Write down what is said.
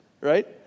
right